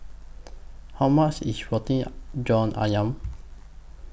How much IS Roti John Ayam